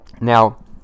Now